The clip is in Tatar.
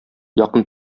якын